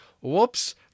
whoops